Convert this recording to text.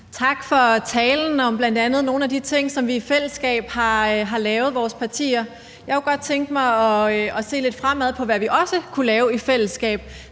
Tak for talen om bl.a. nogle af de ting, som vores partier har lavet i fællesskab. Jeg kunne godt tænke mig at se lidt fremad og se på, hvad vi også kunne lave i fællesskab,